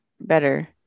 better